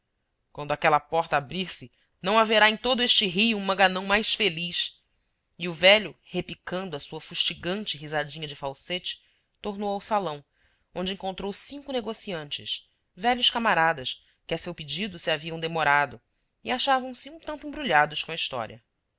quando aquela porta abrir-se não haverá em todo este rio um maganão mais feliz e o velho repicando a sua fustigante risadinha de falsete tornou ao salão onde encontrou cinco negociantes velhos camaradas que a seu pedido se haviam demorado e achavam-se um tanto embrulhados com a história